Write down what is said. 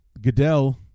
goodell